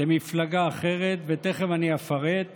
מגיע להם להתפרנס